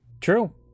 True